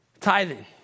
Tithing